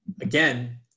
again